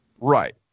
Right